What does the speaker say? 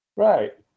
Right